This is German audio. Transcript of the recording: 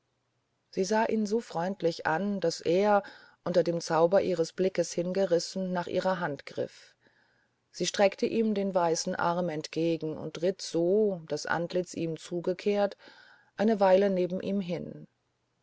sie sah ihn so freundlich an daß er unter dem zauber ihres blickes hingerissen nach ihrer hand griff sie streckte ihm den weißen arm entgegen und ritt so das antlitz ihm zukehrend eine weile neben ihm hin